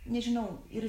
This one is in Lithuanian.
nežinau ir